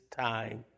time